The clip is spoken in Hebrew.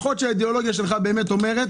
יכול להיות שהאידיאולוגיה אומרת